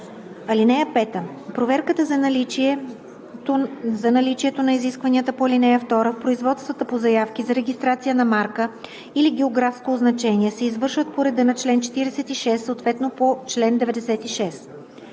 (5) Проверката за наличието на изискванията по ал. 2 в производствата по заявки за регистрация на марка или географско означение се извършва по реда на чл. 46, съответно по чл. 96.“